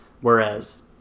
Whereas